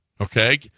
okay